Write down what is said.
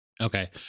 Okay